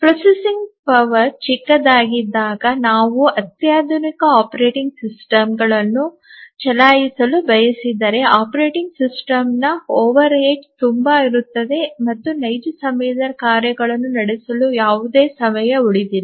ಸಂಸ್ಕರಣಾ ಶಕ್ತಿ ಚಿಕ್ಕದಾಗಿದ್ದಾಗ ನಾವು ಅತ್ಯಾಧುನಿಕ ಆಪರೇಟಿಂಗ್ ಸಿಸ್ಟಮ್ ಅನ್ನು ಚಲಾಯಿಸಲು ಬಯಸಿದರೆ ಆಪರೇಟಿಂಗ್ ಸಿಸ್ಟಂನ ಓವರ್ಹೆಡ್ ತುಂಬಾ ಇರುತ್ತದೆ ಮತ್ತು ನೈಜ ಸಮಯದ ಕಾರ್ಯಗಳನ್ನು ನಡೆಸಲು ಯಾವುದೇ ಸಮಯ ಉಳಿದಿಲ್ಲ